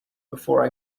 before